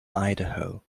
idaho